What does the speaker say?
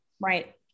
right